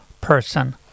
person